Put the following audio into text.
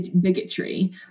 bigotry